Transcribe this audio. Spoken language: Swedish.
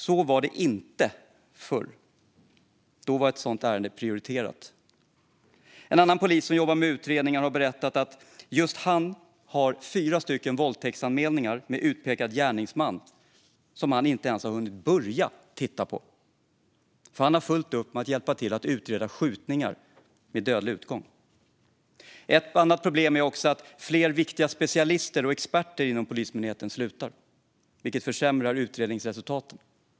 Så var det inte förr. Då var ett sådant ärende prioriterat. En annan polis som jobbar med utredningar har berättat att han har fyra våldtäktsanmälningar med utpekad gärningsman som han inte ens har hunnit börja titta på, för han har fullt upp med att hjälpa till att utreda skjutningar med dödlig utgång. Ett annat problem är att allt fler viktiga specialister och experter inom Polismyndigheten slutar, vilket leder till försämrade utredningsresultat.